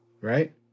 Right